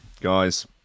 guys